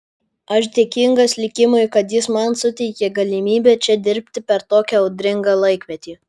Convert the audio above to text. aš dėkingas likimui kad jis man suteikė galimybę čia dirbti per tokį audringą laikmetį